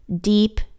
deep